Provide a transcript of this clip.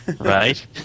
Right